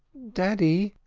daddy!